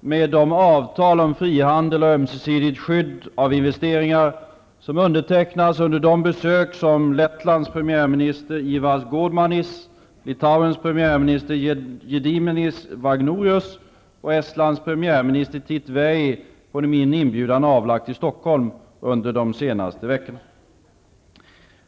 med de avtal om frihandel och ömsesidigt skydd av investeringar som undertecknats under de besök som Lettlands premiärminister Ivars Godmanis, Litauens premiärminister Gediminas Vagnorius och Estlands premiärminister Tiit Vähi på min inbjudan avlagt i Stockholm under de senaste veckorna.